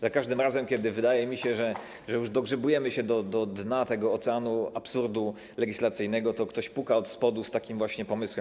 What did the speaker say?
Za każdym razem, kiedy wydaje mi się, że już dogrzebujemy się do dna tego oceanu absurdu legislacyjnego, ktoś puka od spodu z takim właśnie pomysłem.